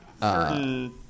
certain